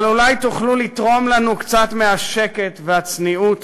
אבל אולי תוכלו לתרום לנו קצת מהשקט ומהצניעות